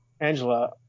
Angela